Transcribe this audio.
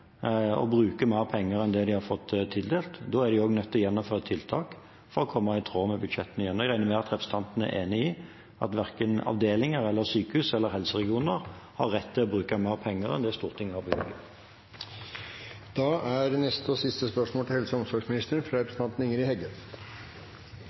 mer penger enn det de har fått tildelt. Da er de nødt til å gjennomføre tiltak for å komme i samsvar med budsjettene igjen. Jeg regner med at representanten er enig i at verken avdelinger, sykehus eller helseregioner har rett til å bruke mer penger enn det Stortinget har bevilget.